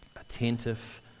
attentive